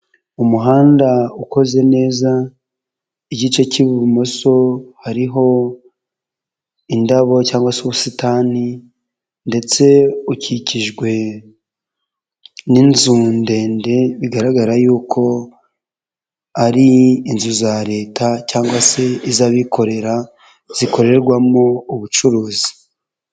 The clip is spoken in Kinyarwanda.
Umuhanda ukoze neza, igice cy'ibumoso hariho indabo cyangwa ubusitani ndetse ukikijwe n'inzu ndende, bigaragara yuko ari inzu za leta cyangwa se iz'abikorera, zikorerwamo ubucuruzi.